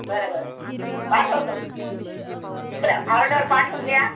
बरं बरं पाठवतो इकडे ऑर्डर पाठवून द्या